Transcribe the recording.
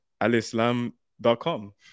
alislam.com